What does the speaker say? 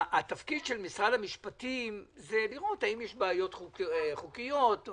התפקיד של משרד המשפטים זה לראות אם יש בעיות חוקיות או